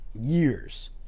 years